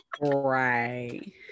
Right